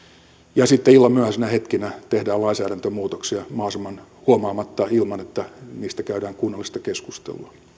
ja sitten illan myöhäisinä hetkinä tehdään lainsäädäntömuutoksia mahdollisimman huomaamatta ja ilman että niistä käydään kunnollista keskustelua